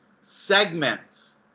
segments